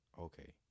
okay